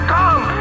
come